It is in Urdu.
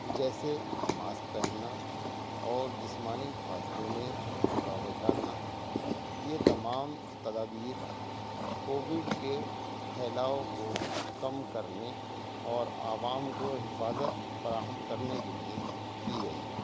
جیسے ماسک پہننا اور جسمانی فاصلے میں رکاؤٹ ڈالنا یہ تمام تدابیر کووڈ کے پھیلاؤ کو کم کرنے اور عوام کو حفاظت فراہم کرنے کے لیے کی گئیں